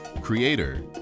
creator